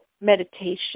meditation